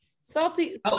salty